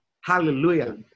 Hallelujah